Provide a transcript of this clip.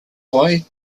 why